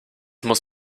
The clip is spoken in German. muss